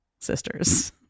Sisters